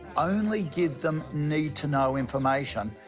only give them need to know information,